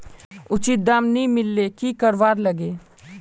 उचित दाम नि मिलले की करवार लगे?